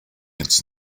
its